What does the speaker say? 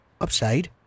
upside